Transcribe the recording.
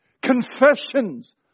Confessions